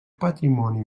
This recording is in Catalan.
patrimoni